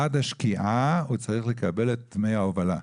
עד השקיעה הוא צריך לקבל את דמי ההובלה.